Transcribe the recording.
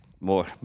More